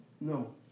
No